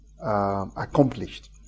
accomplished